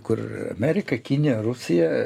kur amerika kinija rusija